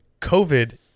COVID